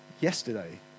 yesterday